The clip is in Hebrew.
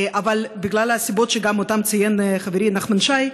אבל בגלל הסיבות שציין גם חברי נחמן שי,